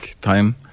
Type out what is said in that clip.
time